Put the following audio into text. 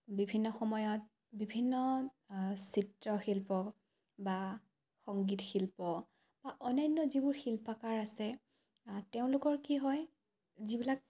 বিভিন্ন সময়ত বিভিন্ন চিত্ৰশিল্প বা সংগীত শিল্প বা অন্যান্য যিবোৰ শিল্পাকাৰ আছে তেওঁলোকৰ কি হয় যিবিলাক